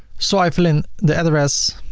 so i fill in the address